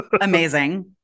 amazing